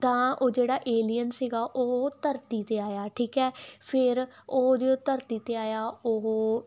ਤਾਂ ਉਹ ਜਿਹੜਾ ਏਲੀਅਨ ਸੀਗਾ ਉਹ ਧਰਤੀ ਤੇ ਆਇਆ ਠੀਕ ਹ ਫਿਰ ਉਹਦੇ ਧਰਤੀ ਤੇ ਆਇਆ ਉਹ